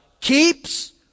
keeps